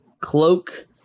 Cloak